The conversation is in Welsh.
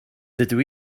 dydw